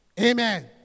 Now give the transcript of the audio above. Amen